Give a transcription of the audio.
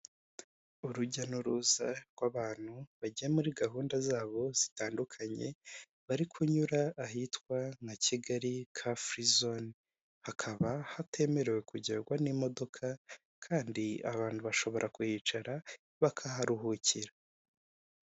Urujya n'uruza rw'abantu bajya muri gahunda zabo zitandukanye, bari kunyura ahitwa na kigali car freezone, hakaba hatemerewe kugendwa n'imodoka kandi abantu bashobora kuhicara bakaharuhukira.